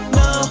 no